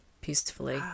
peacefully